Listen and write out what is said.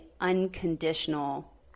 unconditional